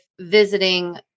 visiting